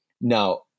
Now